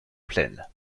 plaine